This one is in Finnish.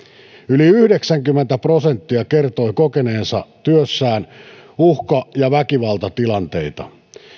yli yhdeksänkymmentä prosenttia kertoi kokeneensa työssään uhka ja väkivaltatilanteita